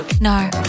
No